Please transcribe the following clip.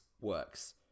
works